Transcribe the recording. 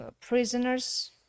prisoner's